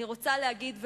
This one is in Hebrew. אני רוצה לומר,